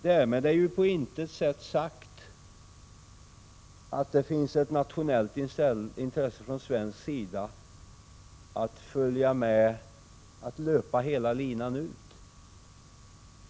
Därmed är på intet sätt sagt att det finns ett nationellt svenskt intresse av att löpa hela linan ut.